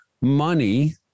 money